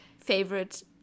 Favorite